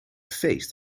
feest